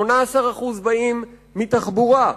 18% באים מתחבורה,